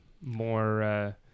more